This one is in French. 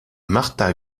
martha